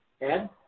Ed